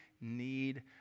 need